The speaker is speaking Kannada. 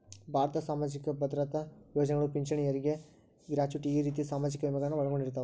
ಭಾರತದ್ ಸಾಮಾಜಿಕ ಭದ್ರತಾ ಯೋಜನೆಗಳು ಪಿಂಚಣಿ ಹೆರಗಿ ಗ್ರಾಚುಟಿ ಈ ರೇತಿ ಸಾಮಾಜಿಕ ವಿಮೆಗಳನ್ನು ಒಳಗೊಂಡಿರ್ತವ